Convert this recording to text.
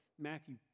Matthew